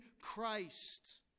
Christ